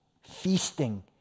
feasting